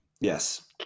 Yes